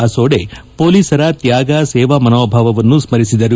ಅಸೋಡೆ ಪೊಲೀಸರ ತ್ಯಾಗ ಸೇವಾ ಮನೋಭಾವವನ್ನು ಸ್ಮರಿಸಿದರು